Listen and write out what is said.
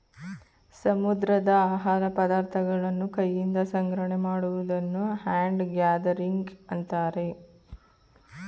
ಸಮುದ್ರದ ಆಹಾರ ಪದಾರ್ಥಗಳನ್ನು ಕೈಯಿಂದ ಸಂಗ್ರಹಣೆ ಮಾಡುವುದನ್ನು ಹ್ಯಾಂಡ್ ಗ್ಯಾದರಿಂಗ್ ಅಂತರೆ